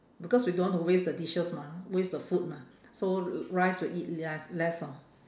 because we don't want to waste the dishes mah waste the food mah so rice we'll eat less less lor